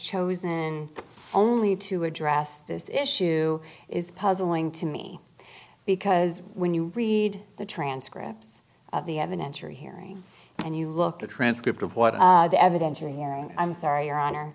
chosen only to address this issue is puzzling to me because when you read the transcripts of the evidence or hearing and you look the transcript of what the evidentiary hearing i'm sorry your honor